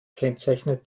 kennzeichnet